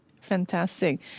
Fantastic